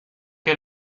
que